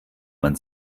man